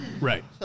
Right